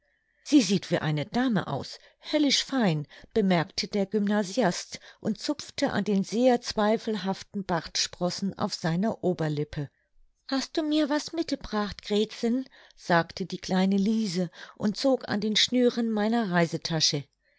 sie sieht wie eine dame aus höllisch fein bemerkte der gymnasiast und zupfte an den sehr zweifelhaften bartsprossen auf seiner oberlippe hast du mir was mitebracht gretsen sagte die kleine liese und zog an den schnüren meiner reisetasche